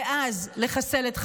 ואז לחסל את חמאס.